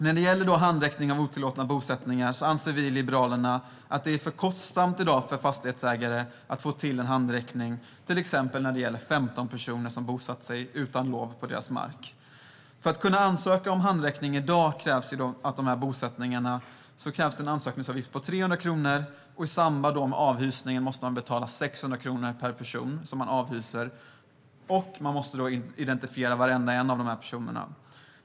När det gäller handräckning av otillåtna bosättningar anser vi i Liberalerna att det i dag är för kostsamt för fastighetsägare att få till en handräckning, till exempel när det gäller 15 personer som utan lov har bosatt sig på deras mark. När man ansöker om handräckning i dag krävs en avgift på 300 kronor, och i samband med avhysningen måste man betala 600 kronor per person som avhyses. Man måste också identifiera varenda en av personerna.